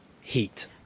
heat